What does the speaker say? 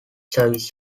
services